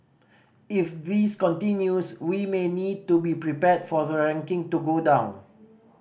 if this continues we may need to be prepared for the ranking to go down